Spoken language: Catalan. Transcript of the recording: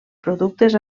productes